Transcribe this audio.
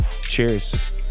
Cheers